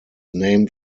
named